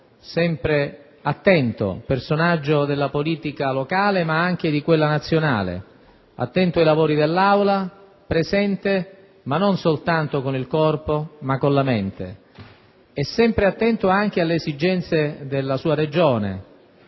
sempre attento, personaggio della politica locale, ma anche di quella nazionale; attento ai lavori dell'Aula, presente, non soltanto con il corpo, ma con la mente, sempre attento anche alle esigenze della sua Regione.